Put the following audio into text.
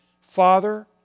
father